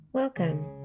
Welcome